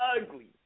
ugly